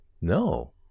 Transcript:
No